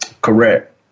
correct